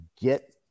get